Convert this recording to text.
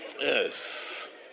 Yes